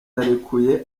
yarekuye